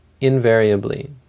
invariably